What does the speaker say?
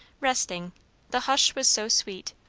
resting the hush was so sweet.